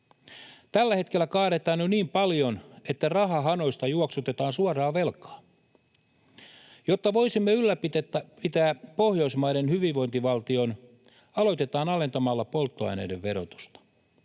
Tällä hetkellä kaadetaan jo niin paljon, että rahahanoista juoksutetaan suoraa velkaa. Jotta voisimme ylläpitää pohjoismaisen hyvinvointivaltion, aloitetaan alentamalla polttoaineiden verotusta.